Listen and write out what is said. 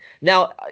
Now